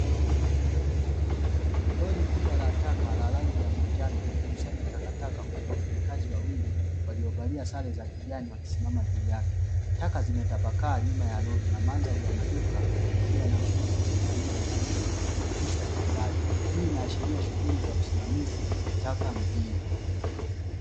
Lori kubwa la taka la rangi ya manjano likikusanya takataka huku wafanyakazi wawili, waliovalia sare za kijani wakisimama juu yake. Taka zimetapakaa nyuma ya lori, na mandhari ya maduka yakiwa na nguo zimeninginia yanaweza kutofautishwa kwa mbali. Hii inaashiria shughuli za usimamizi taka mjini.